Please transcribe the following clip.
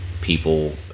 People